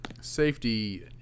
safety